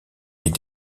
les